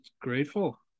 grateful